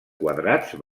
quadrats